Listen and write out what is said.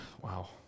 Wow